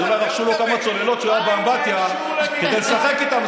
אולי רכשו כמה צוללות כשהוא היה באמבטיה כדי לשחק איתן,